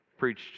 preached